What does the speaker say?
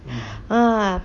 ah